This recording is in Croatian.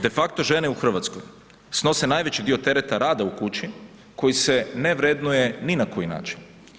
De facto žene u Hrvatskoj snose najveći dio tereta rada u kući koji se ne vrednuje ni na koji način.